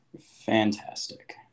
fantastic